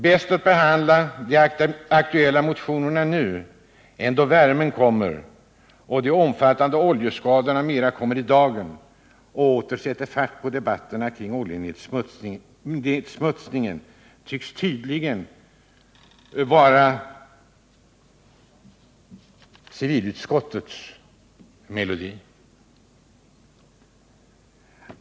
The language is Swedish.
Bäst att behandla de aktuella motionerna nu, innan värmen kommer och de omfattande oljeskadorna kommer i dagen och åter sätter fart på debatterna kring oljenedsmutsningen — det tycks vara civilutskottets melodi.